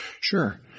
Sure